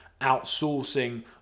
outsourcing